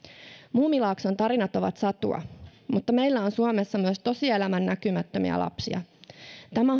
muumilaakson tarinat ovat satua mutta meillä on suomessa myös tosielämän näkymättömiä lapsia tämä